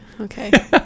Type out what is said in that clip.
Okay